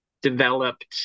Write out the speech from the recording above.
Developed